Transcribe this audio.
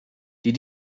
die